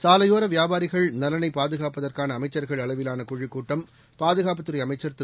சாலையோர வியாபாரிகள் நலனைப் பாதுகாட்பதற்கான அமைச்சர்கள் அளவிலான குழு கூட்டம் பாதுகாப்பு துறை அமைச்சர் திரு